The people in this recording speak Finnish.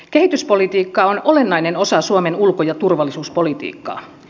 kehityspolitiikka on olennainen osa suomen ulko ja turvallisuuspolitiikkaa